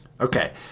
Okay